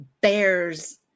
bears